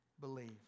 believe